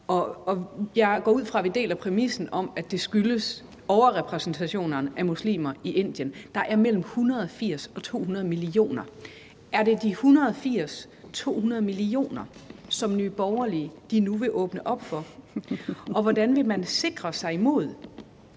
Jeg går ud fra, at vi deler præmissen om, at det skyldes en overrepræsentation af muslimer i Indien. Der er mellem 180 og 200 millioner. Er det de 200 millioner, Nye Borgerlige nu vil åbne op for? Og hvordan vil man sikre sig mod,